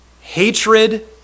Hatred